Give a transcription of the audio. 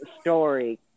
story